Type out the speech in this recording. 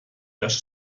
das